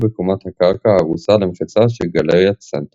בקומת הקרקע ההרוסה למחצה של גלריית סמפר.